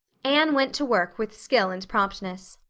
anne went to work with skill and promptness.